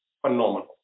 phenomenal